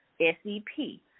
S-E-P